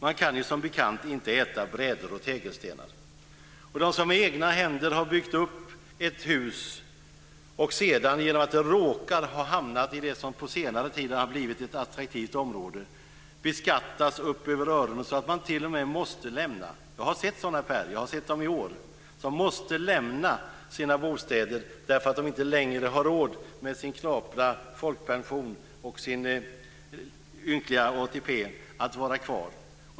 Man kan som bekant inte äta brädor och tegelstenar. De som med egna händer har byggt upp ett hus och råkar befinna sig i det som på senare tid har blivit ett attraktivt område beskattas upp över öronen så att de t.o.m. måste lämna sina bostäder. Jag har sett sådana, Per Rosengren - jag har sett dem i år. De har inte längre råd att vara kvar, med sin knapra folkpension och sin ynkliga ATP.